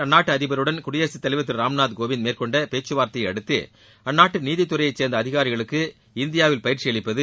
அந்நாட்டு அதிபருடன் குடியரசுத் தலைவர் திரு ராம்நாத் கோவிந்த் மேற்கொண்ட பேச்சுவார்த்தையை அடுத்து அந்நாட்டு நீதித்துறையை சேர்ந்த அதிகாரிகளுக்கு இந்தியாவில் பயிற்சி அளிப்பது